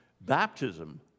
baptism